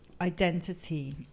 identity